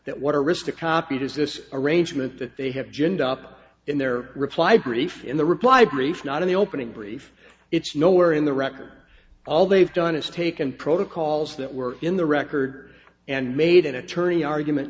that what arista copied is this arrangement that they have ginned up in their reply brief in the reply brief not in the opening brief it's nowhere in the record all they've done is taken protocols that were in the record and made an attorney argument